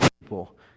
people